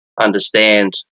understand